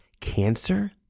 cancer